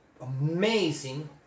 amazing